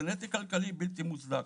זה נטל כלכלי בלתי מוצדק.